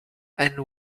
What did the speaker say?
and